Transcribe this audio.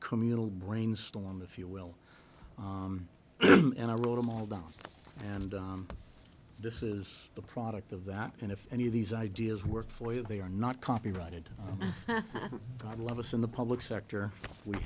communal brainstorm if you will and i wrote them all down and this is the product of that and if any of these ideas work for you they are not copyrighted i'd love us in the public sector we